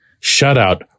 shutout